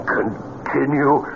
continue